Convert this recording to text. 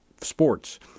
sports